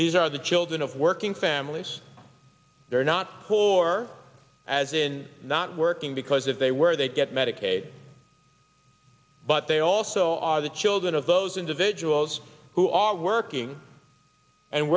these are the children of working families they're not full or as in not working because if they were they'd get medicaid but they also are the children of those individuals who are working and